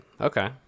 Okay